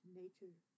nature